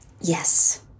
Yes